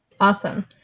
Awesome